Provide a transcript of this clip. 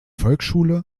volksschule